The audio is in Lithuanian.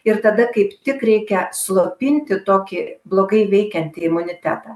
ir tada kaip tik reikia slopinti tokį blogai veikiantį imunitetą